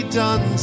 done